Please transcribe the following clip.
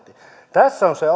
tässä on se